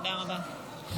תודה רבה.